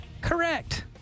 Correct